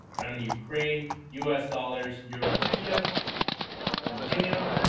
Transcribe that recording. but i'm and ukraine us dollars europe kia continuum